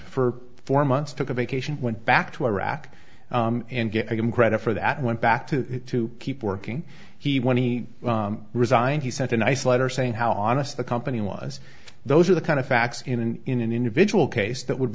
for four months took a vacation went back to iraq and get him credit for that went back to to keep working he when he resigned he sent a nice letter saying how honest the company was those are the kind of facts in an in an individual case that would